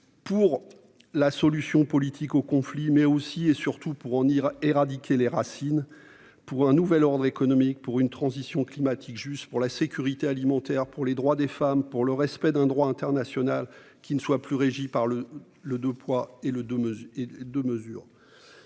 pour une solution politique aux conflits, mais, aussi et surtout, pour en éradiquer les racines ; pour un nouvel ordre économique ; pour une transition climatique juste ; pour la sécurité alimentaire ; pour les droits des femmes ; pour le respect d'un droit international qui ne soit plus régi par le « deux poids, deux mesures